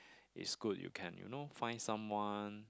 is good you can you know find someone